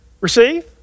receive